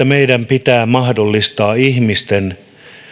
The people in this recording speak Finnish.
meidän pitää mahdollistaa ihmisten